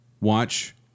watch